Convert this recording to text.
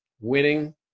winning